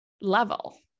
level